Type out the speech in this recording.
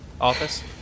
office